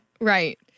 right